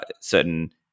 certain